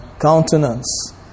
countenance